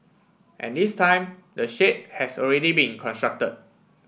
and this time the shade has already been constructed